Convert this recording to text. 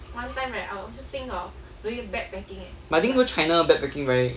but I think go china backpacking very